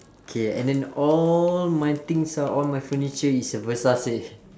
K and then all my things ah all my furniture is uh versace